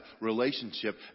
relationship